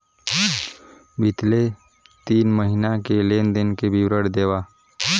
बितले तीन महीना के लेन देन के विवरण देवा?